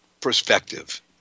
perspective